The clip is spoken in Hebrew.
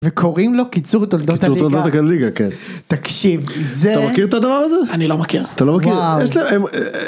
קוראים לו קיצור תולדות הליגה תקשיב את הדבר הזה אני לא מכיר.